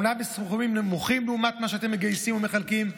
אומנם בסכומים נמוכים לעומת מה שאתם מגייסים ומחלקים,